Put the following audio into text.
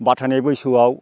बाथायनाय बैसोआव